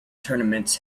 tournaments